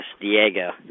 Diego